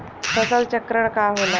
फसल चक्रण का होला?